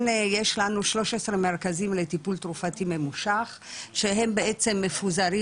יש לנו 13 מרכזים לטיפול תרופתי ממושך שהם בעצם מפוזרים